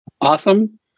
awesome